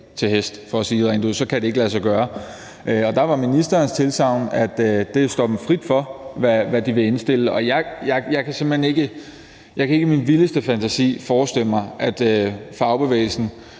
til hest, for at sige det rent ud; så kan det ikke lade sig gøre. Der var ministerens tilsagn, at det står dem frit for, hvad de vil indstille. Jeg kan simpelt hen ikke i min vildeste fantasi forestille mig, at fagbevægelsen